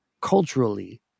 culturally